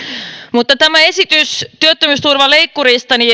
mutta tämä esitys työttömyysturvaleikkurista